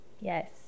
Yes